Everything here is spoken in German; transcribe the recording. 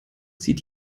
zieht